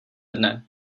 dne